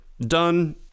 done